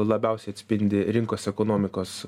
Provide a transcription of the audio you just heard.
labiausiai atspindi rinkos ekonomikos